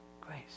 grace